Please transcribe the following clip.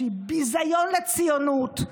שהיא ביזיון לציונות,